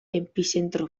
epizentro